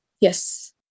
Yes